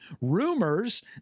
rumors